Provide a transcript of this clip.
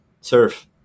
Surf